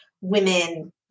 Women